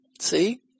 See